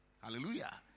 Hallelujah